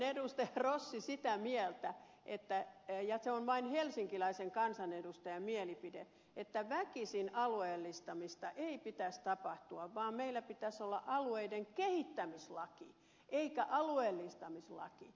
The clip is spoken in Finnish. rossi sitä mieltä ja se on vain helsinkiläisen kansanedustajan mielipide että väkisin alueellistamista ei pitäisi tapahtua vaan meillä pitäisi olla alueiden kehittämislaki eikä alueellistamislaki